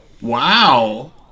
Wow